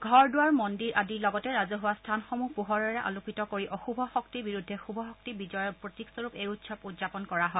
ঘৰ দুৱাৰ মন্দিৰ আদিৰ লগতে ৰাজহুৱা স্থানসমূহ পোহৰৰে আলোকিত কৰি অণ্ডভ শক্তিৰ বিৰুদ্ধে শুভ শক্তি বিজয়ৰ প্ৰতীকস্বৰূপ এই উৎসৱ উদযাপন কৰা হয়